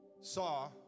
saw